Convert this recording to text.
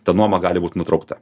ta nuoma gali būt nutraukta